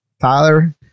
Tyler